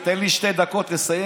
סמי, תן לי שתי דקות לסיים,